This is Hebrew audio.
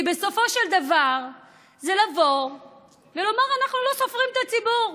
כי בסופו של דבר זה לבוא ולומר: אנחנו לא סופרים את הציבור.